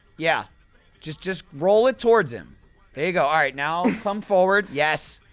yeah just just roll it towards him there you go, alright, now come forward yes!